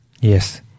Yes